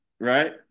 right